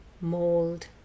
mold